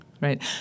right